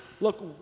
look